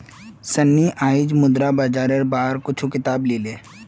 सन्नी आईज मुद्रा बाजारेर बार कुछू किताब ली ले